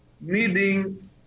needing